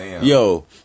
Yo